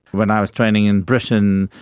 when i was training in britain,